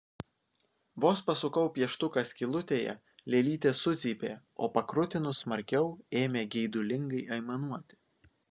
vos pasukau pieštuką skylutėje lėlytė sucypė o pakrutinus smarkiau ėmė geidulingai aimanuoti